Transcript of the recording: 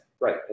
right